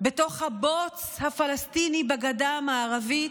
בתוך הבוץ הפלסטיני בגדה המערבית,